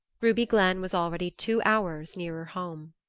ruby glenn was already two hours nearer home.